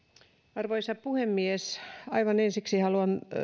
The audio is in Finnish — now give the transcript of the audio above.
arvoisa puhemies aivan ensiksi haluan